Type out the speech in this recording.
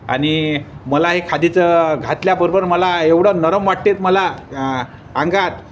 आणि मला हे खादीचं घातल्याबरोबर मला एवढं नरम वाटतेत मला अंगात